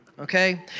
Okay